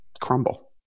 crumble